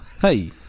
Hey